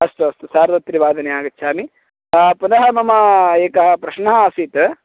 अस्तु अस्तु सार्धत्रिवादने आगच्छामि पुनः मम एकः प्रश्नः आसीत्